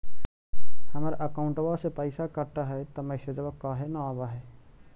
हमर अकौंटवा से पैसा कट हई त मैसेजवा काहे न आव है?